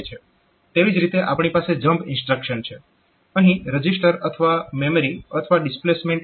તેવી જ રીતે આપણી પાસે જમ્પ ઇન્સ્ટ્રક્શન છે અહીં રજીસ્ટર અથવા મેમરી અથવા ડિસ્પ્લેસમેન્ટ 8 અથવા ડિસ્પ્લેસમેન્ટ 16 હોઈ શકે છે